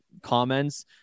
comments